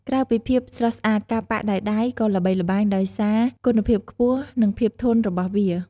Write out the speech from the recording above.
ក្រៅពីភាពស្រស់ស្អាត ការប៉ាក់ដោយដៃក៏ល្បីល្បាញដោយសារ គុណភាពខ្ពស់ និង ភាពធន់ របស់វា។